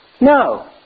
No